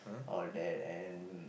all that and